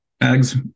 eggs